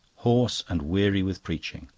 hoarse and weary with preaching.